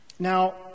Now